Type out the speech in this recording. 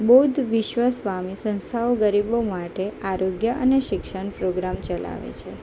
બુદ્ધ વિશ્વ સ્વામી સંસ્થાઓ ગરીબો માટે આરોગ્ય અને શિક્ષણ પ્રોગ્રામ ચલાવે છે